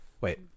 Wait